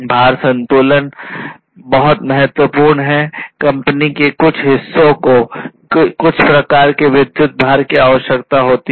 भार संतुलन बहुत महत्वपूर्ण है कंपनी के कुछ हिस्सों को कुछ प्रकार के विद्युत भार की आवश्यकता हो सकती है